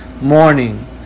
morning